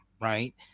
right